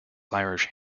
irish